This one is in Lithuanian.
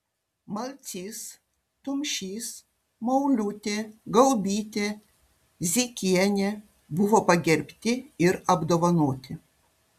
malcys tumšys mauliūtė gaubytė zykienė buvo pagerbti ir apdovanoti